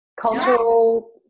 cultural